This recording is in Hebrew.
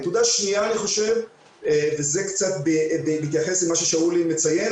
נקודה שניה, זה קצת בהתייחס למה ששאולי מציין.